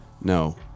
no